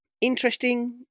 interesting